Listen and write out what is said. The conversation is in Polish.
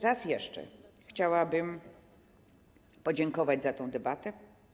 Raz jeszcze chciałabym podziękować za tę debatę.